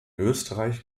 österreich